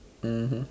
mmhmm